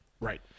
Right